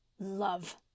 Love